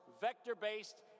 vector-based